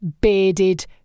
bearded